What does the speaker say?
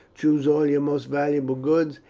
choose all your most valuable goods,